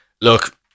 look